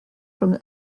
rhwng